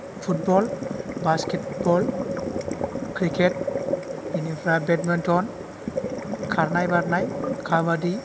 football basketball cricket बिनिफ्राय badminton खारनाय बारनाय खाबादि